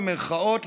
במירכאות,